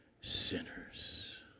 sinners